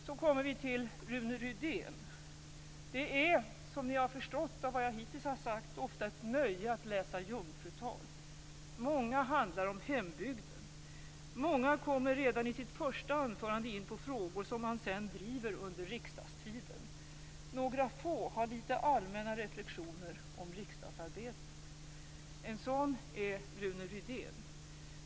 Så kommer vi till Rune Rydén. Det är, som ni har förstått av vad jag hittills har sagt, ofta ett nöje att läsa jungfrutal. Många handlar om hembygden. Många kommer redan i sitt första anförande in på frågor som man sedan driver under riksdagstiden. Några få har litet allmänna reflexioner om riksdagsarbetet. En sådan är Rune Rydén.